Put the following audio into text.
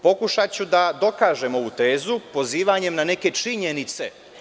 Pokušaću da dokažem ovu tezu pozivanjem na neke činjenice.